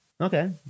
Okay